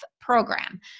program